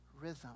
rhythm